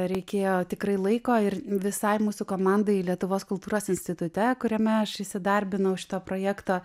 reikėjo tikrai laiko ir visai mūsų komandai lietuvos kultūros institute kuriame aš įsidarbinau šitą projektą